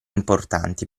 importanti